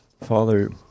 Father